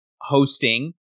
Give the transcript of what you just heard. hosting